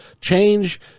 change